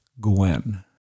Gwen